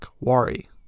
Wari